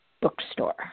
bookstore